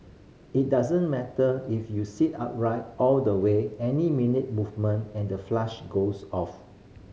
it doesn't matter if you sit upright all the way any minute movement and the flush goes off